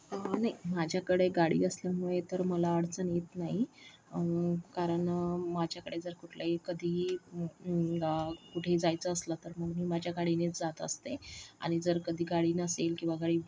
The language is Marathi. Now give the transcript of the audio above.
नाही माझ्याकडे गाडी असल्यामुळे तर मला अडचण येत नाही कारण माझ्याकडे जर कुठलाही कधीही कुठेही जायचं असलं तर मग मी माझ्या गाडीनेच जात असते आणि जर कधी गाडी नसेल किंवा गाडी